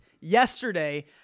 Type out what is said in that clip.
yesterday